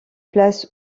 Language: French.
places